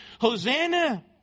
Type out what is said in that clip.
Hosanna